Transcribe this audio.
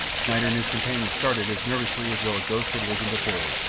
schneider and his companion started as nervously as though a ghost had risen before them.